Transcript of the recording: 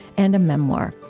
and a memoir,